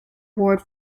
award